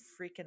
freaking